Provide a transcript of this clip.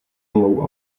nulou